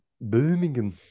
Birmingham